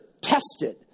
tested